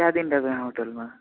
कए दिन रहबै अहाँ होटल मे